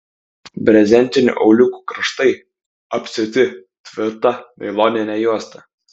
brezentinių auliukų kraštai apsiūti tvirta nailonine juosta